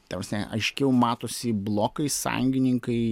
ta prasme aiškiau matosi blokai sąjungininkai